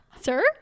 sir